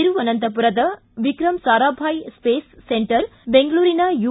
ತಿರುವನಂತಪುರದ Vikram Sarabhai space centre ಬೆಂಗಳೂರಿನ you